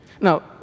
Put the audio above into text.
Now